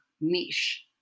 niche